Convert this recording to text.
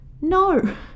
No